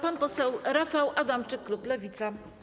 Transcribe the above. Pan poseł Rafał Adamczyk, klub Lewica.